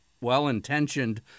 well-intentioned